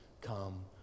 come